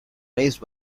raised